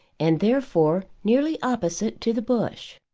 and therefore, nearly opposite to the bush.